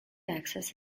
access